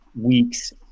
weeks